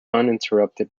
uninterrupted